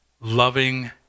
loving